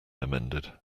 amended